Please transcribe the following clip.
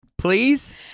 Please